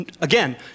again